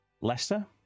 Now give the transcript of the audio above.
Leicester